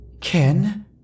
Ken